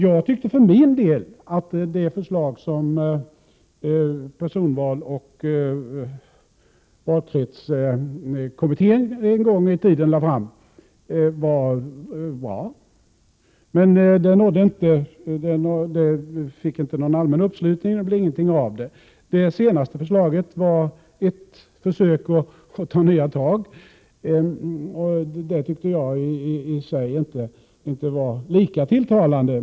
Jag tyckte för min del att det förslag som personvalsoch valkretsutredningen en gång i tiden lade fram var bra. Det förslaget fick emellertid inte någon allmän uppslutning. Det blev inget av det. Det senaste förslaget var ett försök att ta nya tag. Det tyckte jag inte var lika tilltalande.